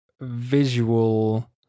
visual